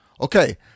okay